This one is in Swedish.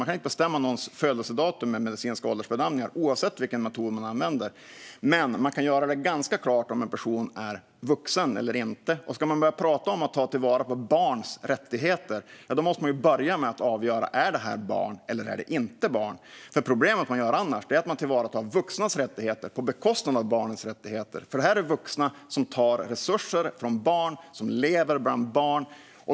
Man kan inte bestämma någons födelsedatum genom en medicinsk åldersbedömning, oavsett vilken metod man använder. Men man kan göra ganska klart om en person är vuxen eller inte. Ska man prata om att ta till vara barns rättigheter måste man börja med att avgöra om det rör sig om barn eller inte. Problemet blir annars att man tillvaratar vuxnas rättigheter på bekostnad av barnens, för detta är vuxna som tar resurser från barn och som lever bland barn.